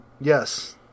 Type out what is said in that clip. Yes